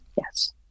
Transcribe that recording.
Yes